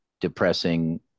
depressing